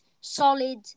solid